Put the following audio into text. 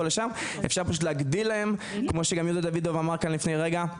לשם כמו שיהודה דוידוב אמר כאן לפני רגע,